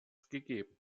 gegeben